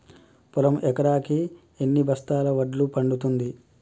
పొలం ఎకరాకి ఎన్ని బస్తాల వడ్లు పండుతుంది?